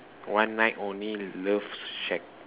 one night only love shack